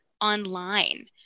online